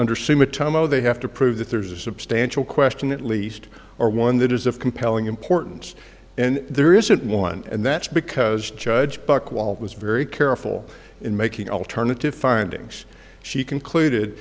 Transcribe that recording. sumitomo they have to prove that there's a substantial question at least or one that is of compelling importance and there isn't one and that's because judge buchwald was very careful in making alternative findings she concluded